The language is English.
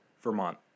Vermont